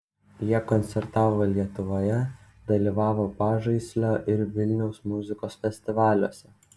jie koncertavo lietuvoje dalyvavo pažaislio ir vilniaus muzikos festivaliuose